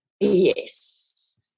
Yes